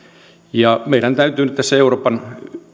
ja meidän täytyy nyt tässä euroopan